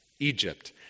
Egypt